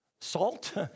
salt